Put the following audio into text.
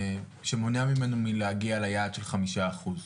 שמונע ממנו מלהגיע ליעד של חמישה אחוז?